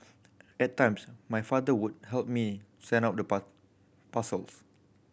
at times my father would help me send out the parcels